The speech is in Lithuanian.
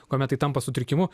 kuomet tai tampa sutrikimu